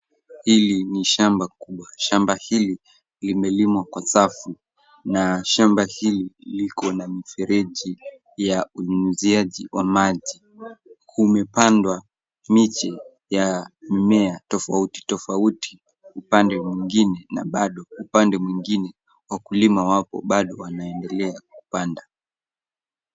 Hili ni shamba kubwa. Shamba hili limelimwa kwa safu na shamba hili liko na mifereji ya unyunyiziaji wa maji . Kumepandwa miche ya mimea tofauti tofauti upande mwingine na bado upande mwingine wakulima bado wanaendelea kupanda.